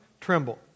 tremble